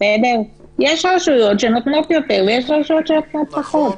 יש רשויות שנותנות יותר ויש רשויות שנותנות פחות.